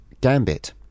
Gambit